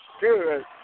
good